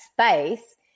space